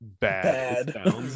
bad